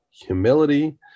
humility